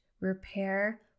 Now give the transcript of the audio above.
repair